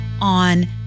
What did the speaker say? on